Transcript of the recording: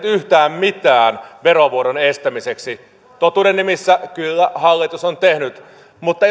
yhtään mitään verovuodon estämiseksi totuuden nimissä kyllä hallitus on tehnyt mutta